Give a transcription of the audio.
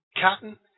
cotton